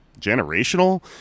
generational